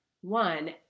One